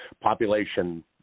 population